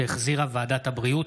שהחזירה ועדת הבריאות.